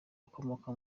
ukomoka